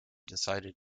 decided